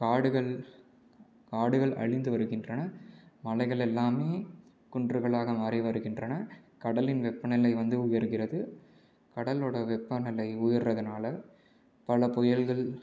காடுகள் காடுகள் அழிந்து வருகின்றன மலைகள் எல்லாமே குன்றுகளாக மாறிவருகின்றன கடலின் வெப்பநிலை வந்து உயர்கிறது கடலோடய வெப்பநிலை உயர்றதினால பல புயல்கள்